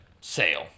sale